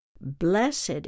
Blessed